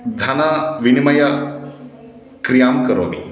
धनविनिमयक्रियां करोमि